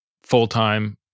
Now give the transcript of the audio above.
full-time